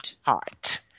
heart